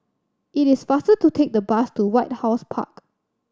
it is faster to take the bus to White House Park